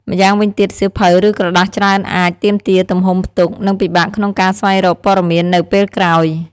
ម្យ៉ាងវិញទៀត សៀវភៅ ឬក្រដាសច្រើនអាច ទាមទារទំហំផ្ទុក និងពិបាកក្នុងការស្វែងរកព័ត៌មាននៅពេលក្រោយ។